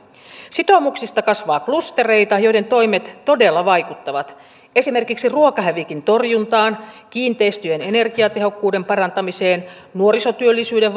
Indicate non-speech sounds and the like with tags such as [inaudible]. sitoumuksista kasvaa klustereita joiden toimet todella vaikuttavat esimerkiksi ruokahävikin torjuntaan kiinteistöjen energiatehokkuuden parantamiseen nuorisotyöllisyyden [unintelligible]